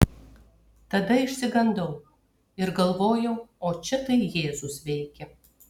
tada išsigandau ir galvojau o čia tai jėzus veikia